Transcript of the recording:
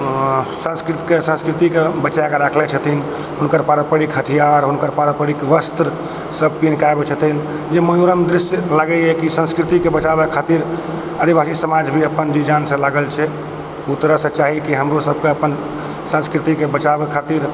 संस्कृत के सांस्कृति के बचाए कऽ राखने छथिन हुनकर पारम्परिक हथियार हुनकर पारम्परिक वस्त्र सब पिन्ह कऽ आबै छथिन जे मनोरम दृश्य लागैया की सांस्कृति के बचाबै खातिर आदिवासी समाज भी अपन जी जान सँ लागल छै ओहि तरह सँ चाही की हमरो सबके अप्पन सांस्कृति के बचाबै खातिर